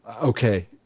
okay